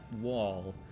wall